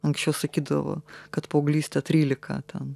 anksčiau sakydavo kad paauglystė trylika